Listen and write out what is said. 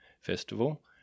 festival